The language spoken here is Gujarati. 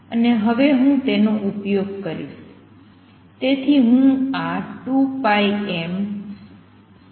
અને હવે હું તેનો ઉપયોગ કરીશ